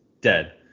dead